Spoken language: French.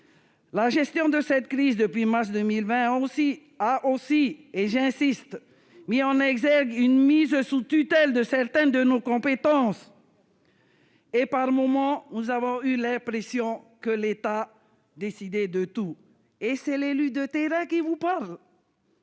La gestion de cette crise depuis mars 2020 a aussi mis en exergue une mise sous tutelle de certaines de nos compétences. Par moments, nous avons eu l'impression que l'État décidait de tout. Et ce n'est pas l'élue derrière un écran qui vous parle,